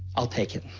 i'll take it.